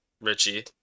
Richie